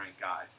guys